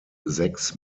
sechs